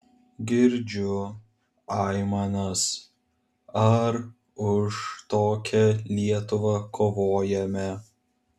girdžiu aimanas ar už tokią lietuvą kovojome